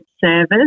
service